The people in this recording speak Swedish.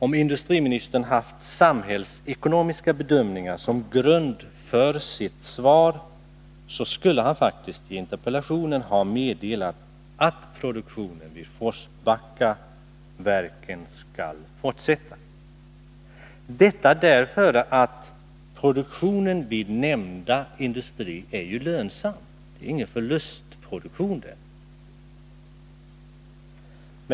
Om industriministern haft samhällsekonomiska bedömningar som grund för sitt svar, så skulle han faktiskt i interpellationen ha meddelat att produktionen vid Forsbackaverken skall fortsätta — detta därför att produktionen vid nämnda industri ju är lönsam. Det är ingen förlustproduktion där.